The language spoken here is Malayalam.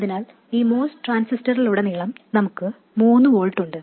അതിനാൽ ഈ MOS ട്രാൻസിസ്റ്ററിലുടനീളം നമുക്ക് 3 വോൾട്ട് ഉണ്ട്